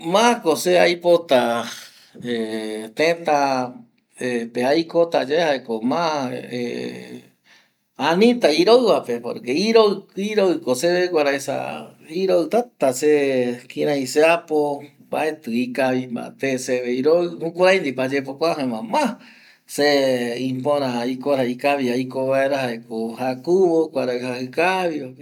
Mokoi ete mokoipa mokoipe royemonguetavi oyearo ma ndipo opaete mbae mbae reta ou jeta yae mbae oaja ikavi mbaeva karuai yavaetegue ñaepeña yara yara opaete yemongueta reta jaema ndipo opata mba ojo oiko yandegui yae